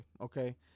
Okay